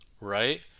right